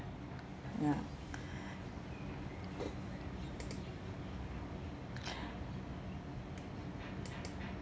ya